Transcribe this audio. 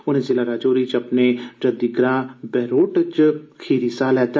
उनें जिला राजौरी च अपने जद्दी ग्रां बैहरोट च खीरी साह् लैता